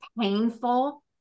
painful